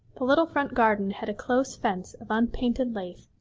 the little front garden had a close fence of unpainted lath,